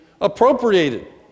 appropriated